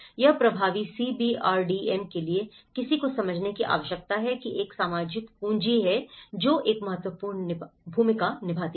एक प्रभावी CBRDM के लिए किसी को समझने की आवश्यकता है कि एक सामाजिक पूंजी है जो एक महत्वपूर्ण भूमिका निभाती है